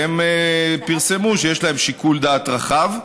והם פרסמו שיש להם שיקול דעת רחב,